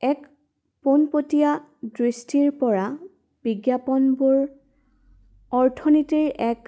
এক পোনপটীয়া দৃষ্টিৰপৰা বিজ্ঞাপনবোৰ অৰ্থনীতিৰ এক